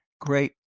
Great